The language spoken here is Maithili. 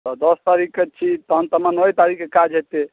तऽ दस तारीखके छी तखन तऽ हमर नओए तारीखकेँ काज हेतै